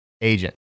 agent